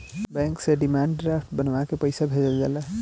bank से demand draft बनवा के पईसा भेजल जाला